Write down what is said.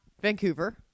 Vancouver